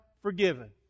forgiven